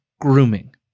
grooming